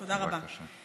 תודה רבה.